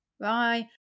Bye